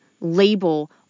label